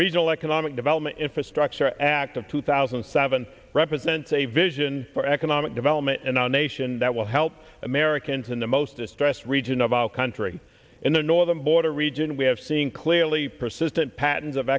regional economic development infrastructure act of two thousand and seven represents a vision for economic development in our nation that will help americans in the most distressed region of our country in the northern border region we have seeing clearly persistent patterns of